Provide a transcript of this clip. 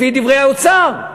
לפי דברי האוצר,